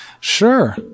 Sure